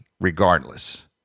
regardless